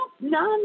none